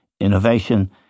Innovation